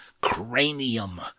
cranium